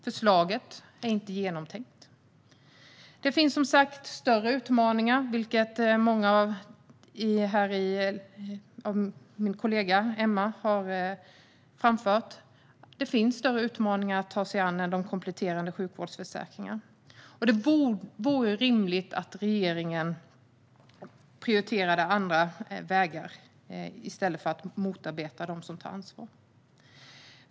Förslaget är inte genomtänkt. Det finns som sagt större utmaningar att ta sig an än de kompletterande sjukvårdsförsäkringarna, vilket även min kollega Emma Henriksson har framfört. Det vore rimligt att regeringen prioriterade andra vägar i stället för att motarbeta dem som tar ansvar.